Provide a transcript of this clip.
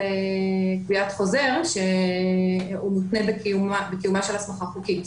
קביעת חוזר שהוא מותנה בקיומה של הסמכה חוקית.